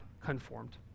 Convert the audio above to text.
conformed